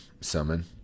summon